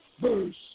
first